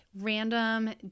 random